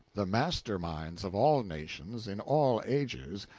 the master minds of all nations, in all ages,